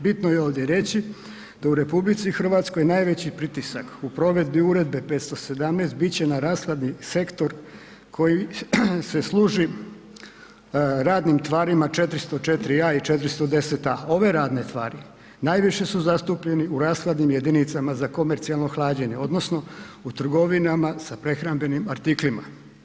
Bitno je ovdje reći da u RH najveći pritisak u provedbi Uredbe 517 bit će na rashladni sektor koji se služi radnim tvarima 404a i 410a. Ove radne tvari najviše su zastupljeni u rashladnim jedinicama za komercijalno hlađenje odnosno u trgovinama sa prehrambenim artiklima.